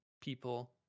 people